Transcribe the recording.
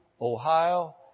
Ohio